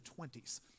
20s